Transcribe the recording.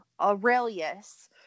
Aurelius